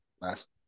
last